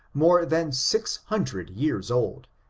more than six hundred years old,